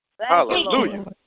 Hallelujah